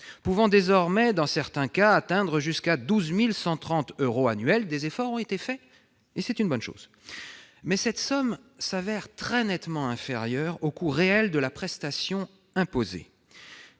pouvant désormais, dans certains cas, atteindre 12 130 euros annuels. Des efforts ont été faits, et c'est une bonne chose, mais cette somme s'avère très nettement inférieure au coût réel de la prestation imposée.